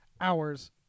hours